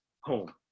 home